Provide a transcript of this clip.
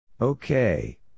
Okay